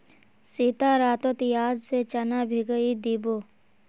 सीता रातोत याद से चना भिगइ दी बो